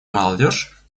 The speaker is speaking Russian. молодежь